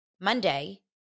Monday